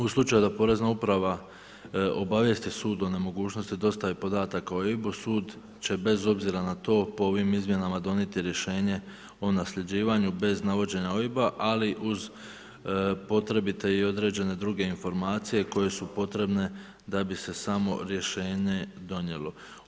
U slučaju da porezna uprava obavijesti sud o nemogućnosti dostave podataka o OIB-u, sud će bez obzira na to po ovim izmjenama donijeti rješenje o nasljeđivanju bez navođenja OIB-a ali uz potrebiti i određene dr. informacije koje su potrebne da bi se samo rješenje donijelo.